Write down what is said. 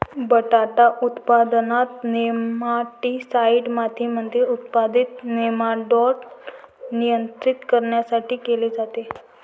बटाटा उत्पादनात, नेमाटीसाईड मातीमध्ये उत्पादित नेमाटोड नियंत्रित करण्यासाठी केले जाते